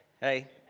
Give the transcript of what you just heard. hey